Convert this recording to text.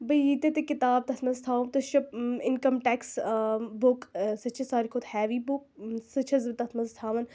بہٕ ییٖتاہ تہِ کِتاب تَتھ منٛز تھاوٕ تہٕ چھُ اِنکَم ٹیکٕس بُک سۅ چھِ سارِوٕے کھۄتہٕ ہیٚوِی بُک سۅ چھَس بہٕ تَتھ منٛز تھاوان